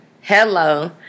hello